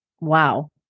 Wow